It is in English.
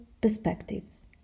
perspectives